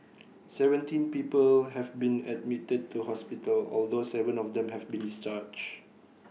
seventeen people have been admitted to hospital although Seven of them have been discharged